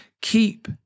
keep